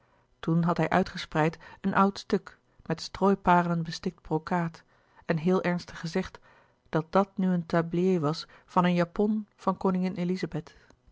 toen had hij uitgespreid een oud stuk met strooiparelen bestikt brokaat en heel ernstig gezegd dat dat nu een tablier was van een japon van koningin elizabeth